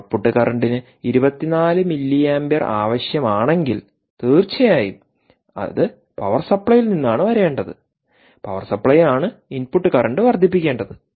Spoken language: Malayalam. ഔട്ട്പുട്ട് കറന്റിന് 24 മില്ലി ആമ്പിയർ ആവശ്യമാണെങ്കിൽ തീർച്ചയായും അത് പവർ സപ്ലൈയിൽ നിന്നാണ് വരേണ്ടത് പവർ സപ്ലൈ ആണ് ഇൻപുട്ട് കറന്റ് വർദ്ധിപ്പിക്കേണ്ടത്